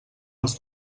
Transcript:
els